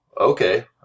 okay